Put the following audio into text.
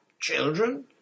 Children